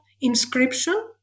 inscription